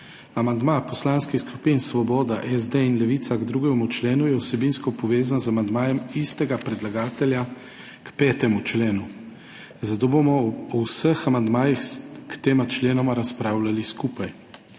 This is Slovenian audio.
Amandma poslanskih skupin Svoboda, SD in Levica k 2. členu je vsebinsko povezan z amandmajem istega predlagatelja k 5. členu, zato bomo o vseh amandmajih k tema členoma razpravljali skupaj.